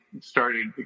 started